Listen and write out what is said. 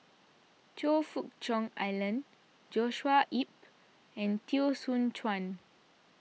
Choe Fook Cheong Alan Joshua Ip and Teo Soon Chuan